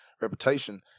reputation